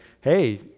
hey